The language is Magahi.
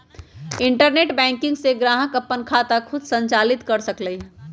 इंटरनेट बैंकिंग से ग्राहक अप्पन खाता खुद संचालित कर सकलई ह